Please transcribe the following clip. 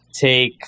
take